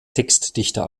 textdichter